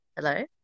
Hello